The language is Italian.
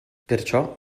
perciò